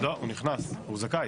לא, הוא נכנס, הוא זכאי.